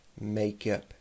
makeup